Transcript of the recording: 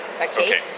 Okay